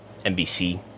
NBC